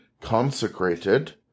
consecrated